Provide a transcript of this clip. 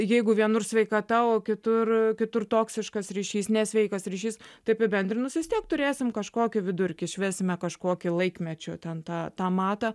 jeigu vienur sveikata o kitur kitur toksiškas ryšys nesveikas ryšys tai apibendrinus vis tiek turėsim kažkokį vidurkį išvesime kažkokį laikmečio ten tą tą matą